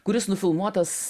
kuris nufilmuotas